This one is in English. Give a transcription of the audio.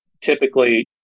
typically